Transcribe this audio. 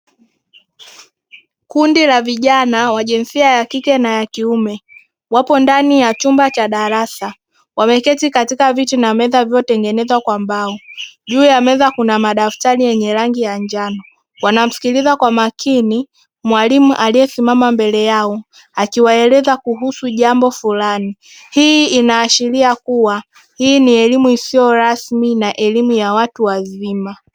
Kundi la vijana wa jinsia ya kike na kiume, wapo ndani ya chumba cha darasa. Wameketi katika viti na meza vilivyotengenezwa kwa mbao. Juu ya meza kuna madaftari yenye rangi ya njano. Wanamsikiliza kwa makini mwalimu aliyesimama mbele yao, akiwaeleza kuhusu jambo fulani. Hii inaashiria kuwa hii ni elimu isiyo rasmi na elimu ya watu wazima.